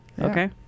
okay